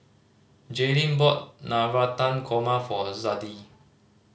Jaelynn brought Navratan Korma for Zadie